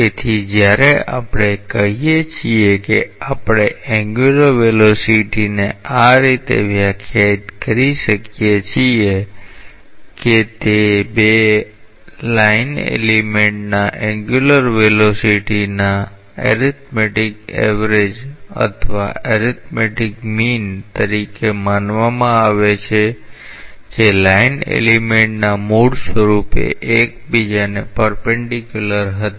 તેથી જ્યારે આપણે કહીએ છીએ કે આપણે એન્ગ્યુલર વેલોસીટીને આ રીતે વ્યાખ્યાયિત કરી શકીએ છીએ કે તે બે લાઈન એલિમેન્ટના એન્ગ્યુલર વેલોસીટીના એરિથમેટિક એવરેજ અથવા એરિથમેટિક મીન તરીકે માનવામાં આવે છે જે લાઈન એલિમેન્ટ મૂળરૂપે એકબીજાને લંબરૂપ હતા